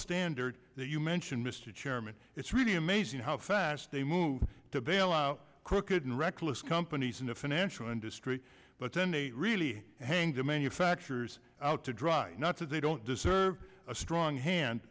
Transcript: standard that you mentioned mr chairman it's really amazing how fast they move to bail out crooked and reckless companies in the financial industry but then they really hang the manufacturers out to dry not that they don't deserve a strong hand